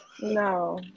No